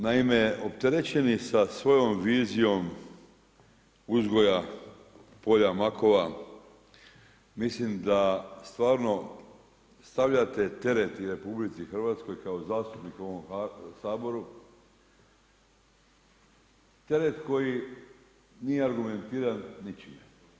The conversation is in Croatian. Naime, opterećeni sa svojom vizijom uzgoja polja makova, mislim da stvarno stavljate teret RH, kao zastupnik u ovom Saboru, teret koji nije argumentiran s ničim.